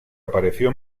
apareció